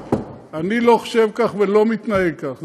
אני לא חושב כך ולא מתנהג כך.